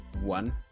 one